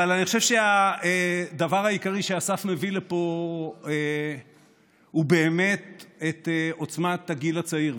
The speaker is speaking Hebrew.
אבל אני חושב שהדבר העיקרי שאסף מביא לפה הוא באמת את עוצמת הגיל הצעיר,